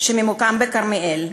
שממוקם בכרמיאל.